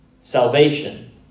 salvation